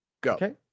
go